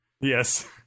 Yes